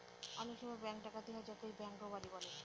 অনেক সময় ব্যাঙ্ক ডাকাতি হয় যাকে ব্যাঙ্ক রোবাড়ি বলে